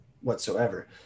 whatsoever